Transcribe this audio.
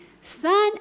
son